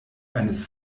eines